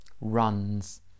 runs